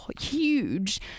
huge